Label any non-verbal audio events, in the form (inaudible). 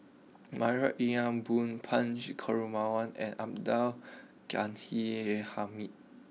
Marie Ethel Bong Punch (unintelligible) and Abdul Ghani Hamid